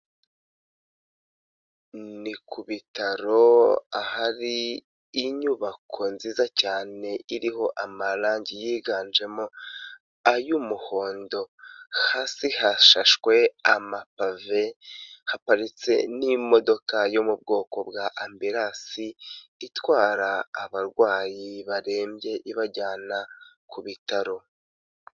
Ni kutaro, ahari inyubako nziza cyane, iriho amarangi yiganjemo ay'umuhondo, hasi hashashwe amapave, haparitse n'imodoka yo mu bwoko bwa ambirasi, itwara abarwayi barembye, ibajyana ku bitaro.